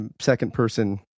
second-person